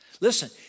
Listen